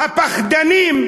הפחדנים,